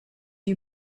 you